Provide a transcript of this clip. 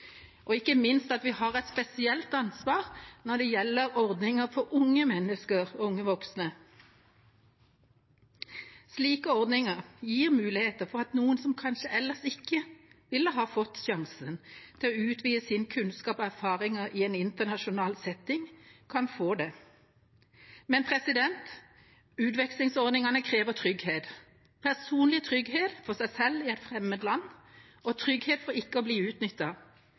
og ikke minst at vi har et spesielt ansvar når det gjelder ordninger for unge voksne. Slike ordninger gir muligheter for at noen som kanskje ellers ikke ville ha fått sjansen til å utvide sin kunnskap og erfaring i en internasjonal setting, kan få det. Men utvekslingsordningene krever trygghet – personlig trygghet for en selv i et fremmed land, og trygghet for ikke å bli